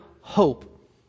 hope